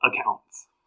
accounts